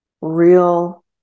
real